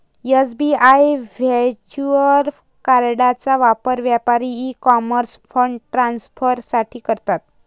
SBI virtual कार्डचा वापर व्यापारी ई कॉमर्स फंड ट्रान्सफर साठी करतात